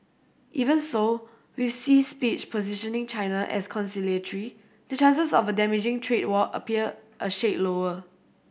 even so with Xi's speech positioning China as conciliatory the chances of a damaging trade war appear a shade lower